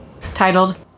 titled